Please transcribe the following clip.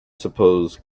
suppose